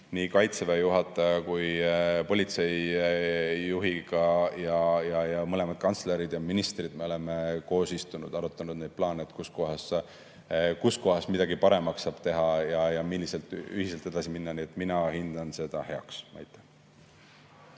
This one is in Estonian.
nii Kaitseväe juhataja kui ka politsei juhiga – ja mõlemad kantslerid ja ministrid – koos istunud ja arutanud neid plaane, kus kohas midagi paremaks saab teha ja mismoodi ühiselt edasi minna. Nii et mina hindan seda heaks. Aitäh!